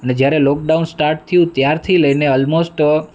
ને જ્યારે lockdown start થયું ત્યારથી લઈને ઓલમોસ્ટ